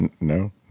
No